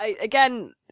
Again